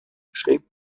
schrieb